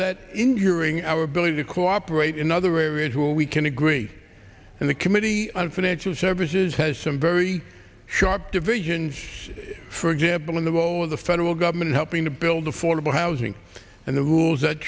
that enduring our ability to cooperate in other areas where we can agree and the committee on financial services has some very sharp divisions for example in the wall the federal government helping to build affordable housing and the rules that